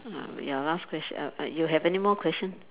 ah ya last question uh uh you have any more question